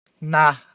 nah